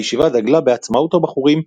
הישיבה דגלה בעצמאות הבחורים,